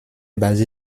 basé